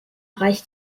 reicht